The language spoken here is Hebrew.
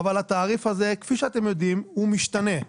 אבל התעריף הזה כפי שאתם יודעים, הוא משתנה.